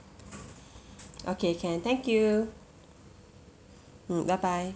okay can thank you mm bye bye